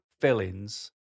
fillings